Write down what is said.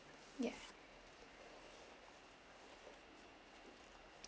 ya